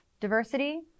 Diversity